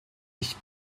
ich